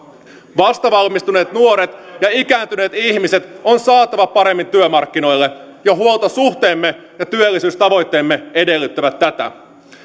vastavalmistuneet nuoret ja ikääntyneet ihmiset on saatava paremmin työmarkkinoille jo huoltosuhteemme ja työllisyystavoitteemme edellyttävät tätä